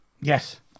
Yes